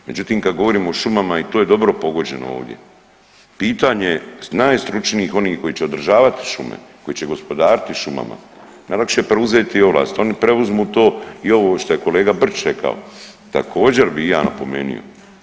Međutim kad govorimo o šumama i to je dobro pogođeno ovdje, pitanje najstručnijih onih koji će održavati šume, koji će gospodariti šumama, najlakše je preuzeti ovlast, oni preuzmu to i ovo šta je kolega Brčić rekao također bi i ja napomenuo.